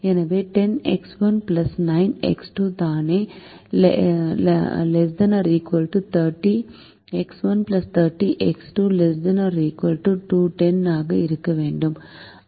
எனவே 10X1 9X2 தானே ≤ 30X1 30X2 ≤210 ஆக இருக்க வேண்டும்